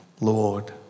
Lord